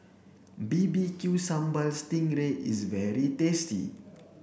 B B Q sambal sting ray is very tasty